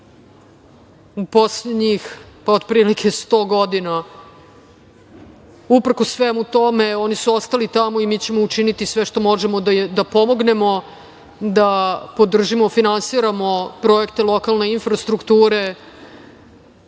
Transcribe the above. u poslednjih, pa otprilike, 100 godina. Uprkos svemu tome, oni su ostali tamo i mi ćemo učiniti sve što možemo da pomognemo da podržimo, finansiramo projekte lokalne infrastrukture,